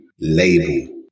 label